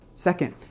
Second